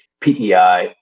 PEI